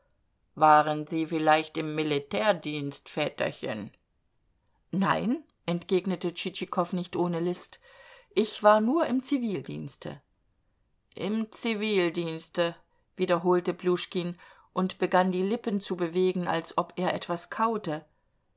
waren sie vielleicht im militärdienst väterchen nein entgegnete tschitschikow nicht ohne list ich war nur im zivildienste im zivildienste wiederholte pljuschkin und begann die lippen zu bewegen als ob er etwas kaute